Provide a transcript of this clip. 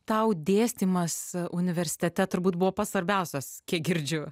tau dėstymas universitete turbūt buvo pats svarbiausias kiek girdžiu